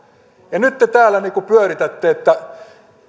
ja nyt te täällä niin kuin pyöritätte että